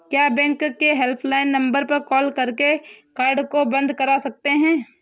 क्या बैंक के helpline number पर कॉल करके कार्ड को बंद करा सकते हैं?